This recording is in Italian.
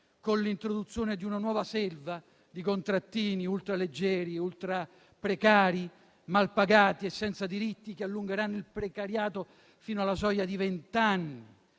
con l'introduzione di una nuova selva di contrattini ultra-leggeri, ultra-precari, malpagati e senza diritti, che allungheranno il precariato fino alla soglia della